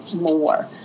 more